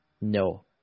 no